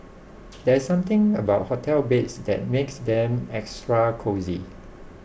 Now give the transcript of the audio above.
there's something about hotel beds that makes them extra cosy